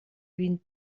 vint